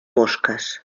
mosques